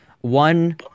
one